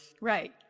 Right